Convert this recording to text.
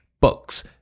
books